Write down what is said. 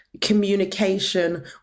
communication